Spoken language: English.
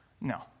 No